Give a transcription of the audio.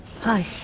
Hi